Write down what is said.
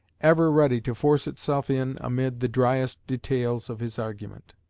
ever ready to force itself in amid the driest details of his argument.